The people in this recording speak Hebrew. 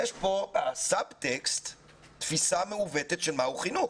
יש פה תפיסה מעוותת של מה הוא חינוך.